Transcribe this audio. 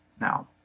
now